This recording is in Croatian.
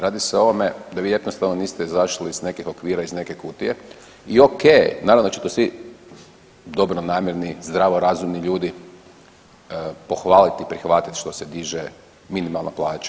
Radi se o ovome da vi jednostavno niste izašli iz nekih okvira, iz neke kutije i okej je, naravno da će to svi dobronamjerni i zdravo razumni ljudi pohvalit i prihvatit što se diže minimalna plaća.